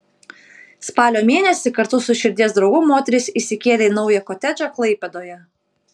spalio mėnesį kartu su širdies draugu moteris įsikėlė į naują kotedžą klaipėdoje